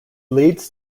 leads